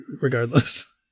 regardless